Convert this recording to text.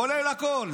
כולל הכול.